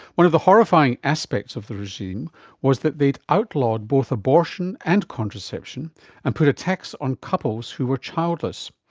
one of the horrifying aspects of the regime was that they had outlawed both abortion and contraception and put a tax on couples who were childless.